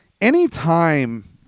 Anytime